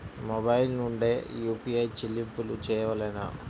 Mobile నుండే UPI చెల్లింపులు చేయవలెనా?